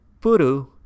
Puru